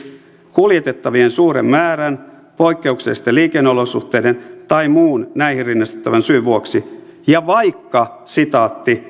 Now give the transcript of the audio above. kuljetettavien suuren määrän poikkeuksellisten liikenneolosuhteiden tai muun näihin rinnastettavan syyn vuoksi ja vaikka